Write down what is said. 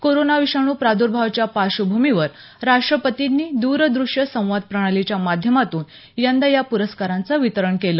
corona विषाणू प्रादूर्भावाच्या पार्श्वभूमीवर राष्ट्रपतींनी दूरदृष्य संवाद प्रणालीच्या माध्यमातून यंदा या पुरस्कारांचं वितरण केलं